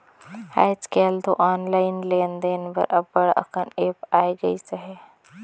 आएज काएल दो ऑनलाईन लेन देन बर अब्बड़ अकन ऐप आए गइस अहे